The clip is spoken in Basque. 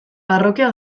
parrokia